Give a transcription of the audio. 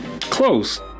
Close